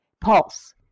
Pulse